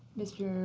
mr.